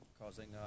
causing